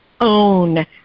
own